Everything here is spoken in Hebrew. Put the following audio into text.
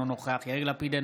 אינו נוכח יאיר לפיד,